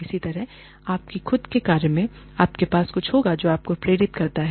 इसी तरह अपनी खुद के कार्य में आपके पास कुछ होगा जो आपको प्रेरित करता है